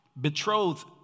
betrothed